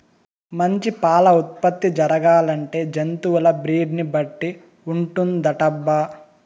మంచి పాల ఉత్పత్తి జరగాలంటే జంతువుల బ్రీడ్ ని బట్టి ఉంటుందటబ్బా